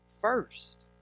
first